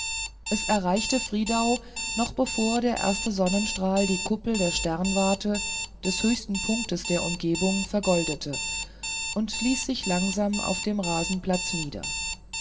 es erreichte friedau noch bevor der erste sonnenstrahl die kuppel der sternwarte des höchsten punktes der umgebung vergoldete und ließ sich langsam auf den rasenplatz nieder